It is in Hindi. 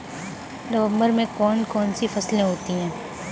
नवंबर में कौन कौन सी फसलें होती हैं?